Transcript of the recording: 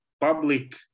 public